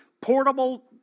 portable